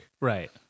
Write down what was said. Right